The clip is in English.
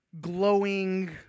glowing